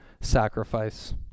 sacrifice